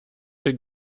der